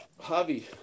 Javi